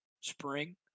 spring